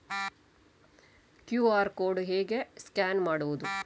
QR code ಹೇಗೆ scan ಮಾಡುವುದು?